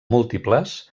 múltiples